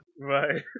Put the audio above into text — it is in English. Right